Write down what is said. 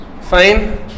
fine